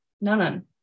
none